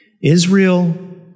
Israel